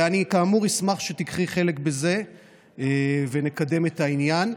ואני כאמור אשמח שתיקחי חלק בזה ונקדם את העניין.